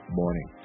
morning